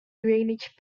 drainage